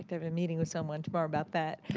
have a meeting with someone tomorrow about that. you